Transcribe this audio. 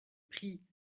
pris